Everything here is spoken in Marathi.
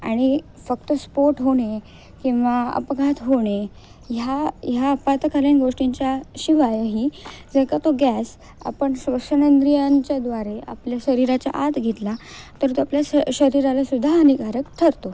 आणि फक्त स्फोट होणे किंवा अपघात होणे ह्या ह्या आपातकालीन गोष्टींच्या शिवायही जर का तो गॅस आपण श्वसनेंद्रियांच्याद्वारे आपल्या शरीराच्या आत घेतला तर तो आपल्या स शरीरालासुद्धा हानिकारक ठरतो